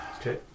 Okay